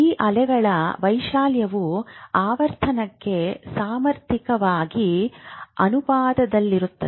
ಈ ಅಲೆಗಳ ವೈಶಾಲ್ಯವು ಆವರ್ತನಕ್ಕೆ ಸಾರ್ವತ್ರಿಕವಾಗಿ ಅನುಪಾತದಲ್ಲಿರುತ್ತದೆ